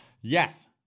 Yes